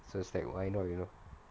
so it's like why not you know